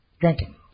drinking